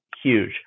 huge